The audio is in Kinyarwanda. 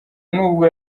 nubwo